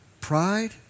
pride